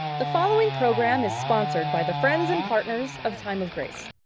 the following program is sponsored by the friends and partners of time of grace.